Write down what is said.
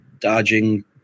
dodging –